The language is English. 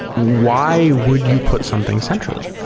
why would you put something centrally?